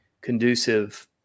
conducive